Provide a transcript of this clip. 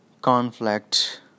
Conflict